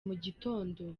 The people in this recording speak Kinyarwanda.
mugitondo